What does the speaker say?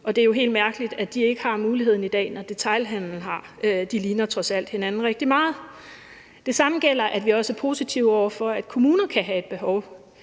det er jo helt mærkeligt, at de ikke har muligheden i dag, når detailhandelen har; de ligner trods alt hinanden rigtig meget. På samme måde er vi også positive over for, at kommuner kan have et behov.